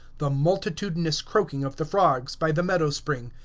the multitudinous croaking of the frogs by the meadow spring.